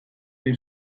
nahi